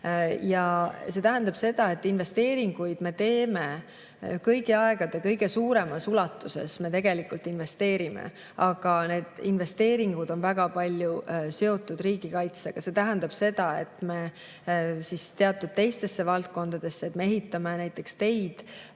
Ja see tähendab seda, et investeeringuid me teeme kõigi aegade kõige suuremas ulatuses. Me investeerime, aga need investeeringud on väga palju seotud riigikaitsega ja see tähendab seda, et me teatud teistesse valdkondadesse [panustame vähem]. Me ehitame näiteks teid